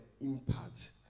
impact